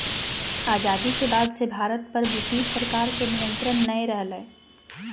आजादी के बाद से भारत पर ब्रिटिश सरकार के नियत्रंण नय रहलय